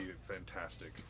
fantastic